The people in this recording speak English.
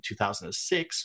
2006